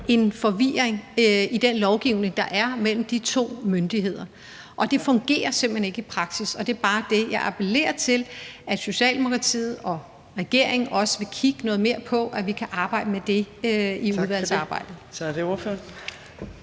en forvirring i den lovgivning, der er mellem de to myndigheder. Det fungerer simpelt hen ikke i praksis, og der er det bare, jeg appellerer til, at Socialdemokratiet og regeringen også vil kigge noget mere på, at vi kan arbejde med det i udvalgsarbejdet.